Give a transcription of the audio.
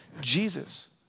Jesus